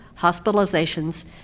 hospitalizations